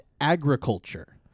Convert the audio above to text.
agriculture